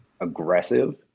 aggressive